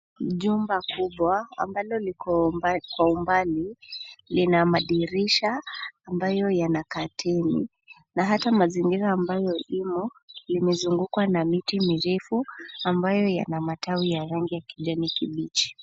Jumba kubwa ambalo liko kwa umbali lina madirisha ambayo yana kateni. Na hata mazingira ambayo imo, limezungukwa na miti mirefu ambayo yana matawi ya rangi ya kijani kibichi.